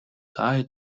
tie